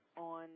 on